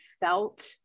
felt